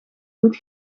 goed